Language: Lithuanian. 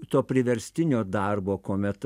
to priverstinio darbo kuomet